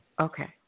Okay